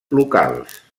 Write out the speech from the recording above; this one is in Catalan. locals